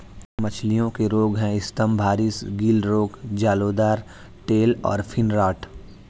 मछलियों के रोग हैं स्तम्भारिस, गिल रोग, जलोदर, टेल और फिन रॉट